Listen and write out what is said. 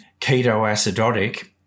ketoacidotic